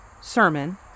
sermon